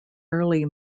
early